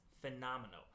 phenomenal